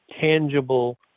tangible